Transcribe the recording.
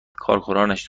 کارکنانش